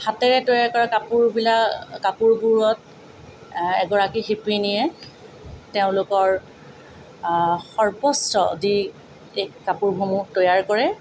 হাতেৰে তৈয়াৰ কৰা কাপোৰবিলাক কাপোৰবোৰত এগৰাকী শিপিনীয়ে তেওঁলোকৰ সৰ্বস্ব দি এই কাপোৰসমূহ তৈয়াৰ কৰে